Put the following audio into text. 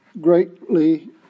greatly